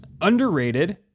Underrated